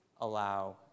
allow